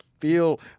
feel